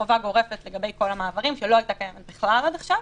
חובה גורפת לגבי כל המעברים שלא הייתה קיימת בכלל עד עכשיו.